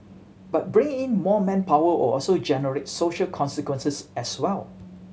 but bringing more manpower will also generate social consequences as well